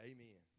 Amen